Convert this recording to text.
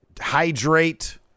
hydrate